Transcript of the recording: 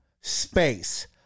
Space